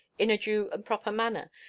in a due and proper manner,